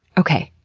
okay,